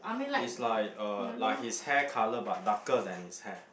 it's like uh like his hair colour but darker then his hair